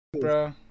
bro